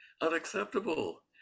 unacceptable